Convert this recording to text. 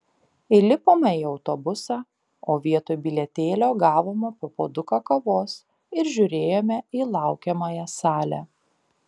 įlipome į autobusą o vietoj bilietėlio gavome po puoduką kavos ir žiūrėjome į laukiamąją salę